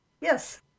yes